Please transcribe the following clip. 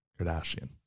Kardashian